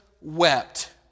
wept